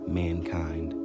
mankind